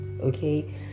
okay